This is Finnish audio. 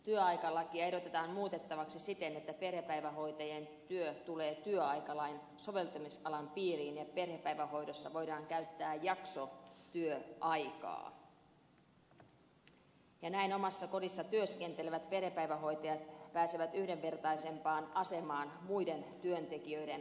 työaikalakia ehdotetaan muutettavaksi siten että perhepäivähoitajien työ tulee työaikalain soveltamisalan piiriin ja perhepäivähoidossa voidaan käyttää jaksotyöaikaa ja näin omassa kodissa työskentelevät perhepäivähoitajat pääsevät yhdenvertaisempaan asemaan muiden työntekijöiden kanssa